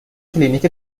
کلینیک